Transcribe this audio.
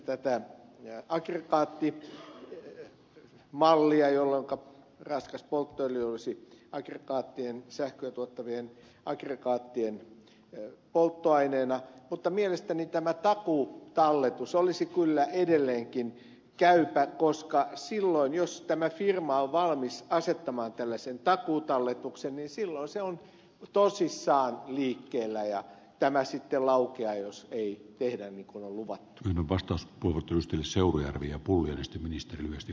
pulliainen esitti tätä aggregaattimallia jolloinka raskas polttoöljy olisi aggregaattien sähköä tuottavien aggregaattien polttoaineena mutta mielestäni tämä takuutalletus olisi kyllä edelleenkin käypä koska silloin jos tämä firma on valmis asettamaan tällaisen takuutalletuksen silloin se on tosissaan liikkeellä ja tämä sitten laukeaa jos ei tehdä niin kuin on luvattu vastaus kuuluu tyystin seurujärvi ja puristiministryästi